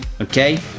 Okay